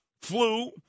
flu